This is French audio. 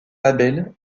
labels